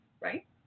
right